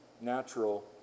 natural